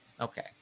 Okay